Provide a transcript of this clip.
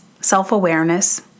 Self-awareness